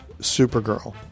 Supergirl